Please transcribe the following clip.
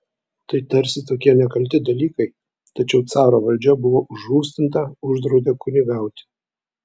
tai tarsi tokie nekalti dalykai tačiau caro valdžia buvo užrūstinta uždraudė kunigauti